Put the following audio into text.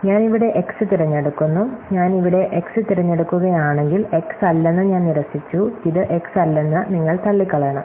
ഞാൻ ഇവിടെ x തിരഞ്ഞെടുക്കുന്നു ഞാൻ ഇവിടെ x തിരഞ്ഞെടുക്കുകയാണെങ്കിൽ x അല്ലെന്ന് ഞാൻ നിരസിച്ചു ഇത് x അല്ലെന്ന് നിങ്ങൾ തള്ളിക്കളയണം